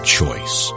choice